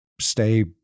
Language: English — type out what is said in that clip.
stay